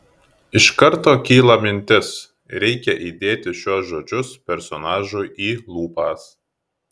iš karto kyla mintis reikia įdėti šiuos žodžius personažui į lūpas